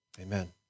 Amen